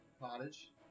cottage